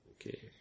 Okay